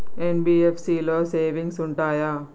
NBFC లో savings ఉంటయా?